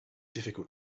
difficult